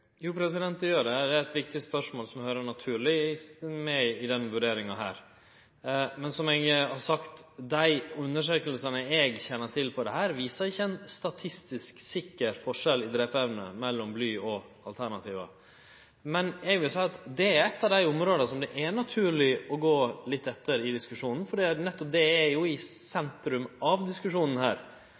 Jo, det gjer det. Det er eit viktig spørsmål som høyrer naturleg med i denne vurderinga. Men som eg har sagt: Dei undersøkingane eg kjenner til, viser ikkje ein statistisk sikker forskjell i drepeevne mellom bly og alternativa. Men eg vil seie at det er eitt av dei områda som det er naturleg å gå litt inn på, for det er jo i sentrum av diskusjonen